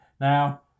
Now